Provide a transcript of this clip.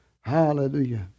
Hallelujah